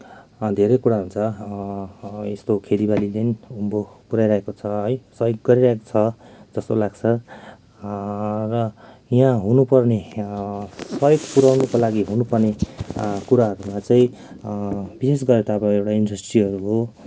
धेरै कुरा हुन्छ यस्तो खेतीबालीले पनि अब पुऱ्याइरहेको छ है सहयोग गरिरहेको छ जस्तो लाग्छ र यहाँ हुनुपर्ने सहयोग पुऱ्याउनको लागि हुनुपर्ने कुराहरूमा चाहिँ विशेष गरेर त अब एउटा इन्डस्ट्रीहरू हो